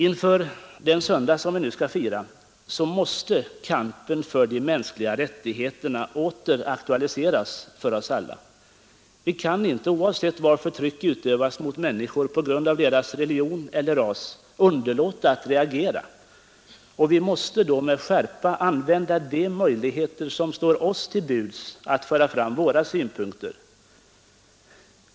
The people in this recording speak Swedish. Inför firandet av de mänskliga rättigheternas dag måste kampen för de mänskliga rättigheterna åter aktualiseras för alla. Vi kan inte, oavsett var förtryck utövas mot människor på grund av deras religion eller ras, underlåta att reagera, och vi måste med skärpa använda de möjligheter som står oss till buds att föra fram våra synpunkter.